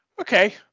Okay